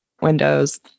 windows